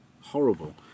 horrible